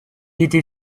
était